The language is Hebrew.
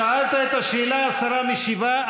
שאלת את השאלה, השרה משיבה.